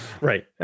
Right